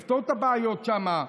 לפתור את הבעיות שם,